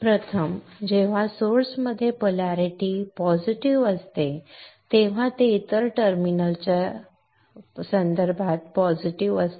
प्रथम जेव्हा सोर्स मध्ये पोलारिटी पॉझिटिव्ह पोलारिटी असते तेव्हा हे इतर टर्मिनलच्या संदर्भात पॉझिटिव्ह असते